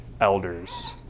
elders